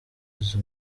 izo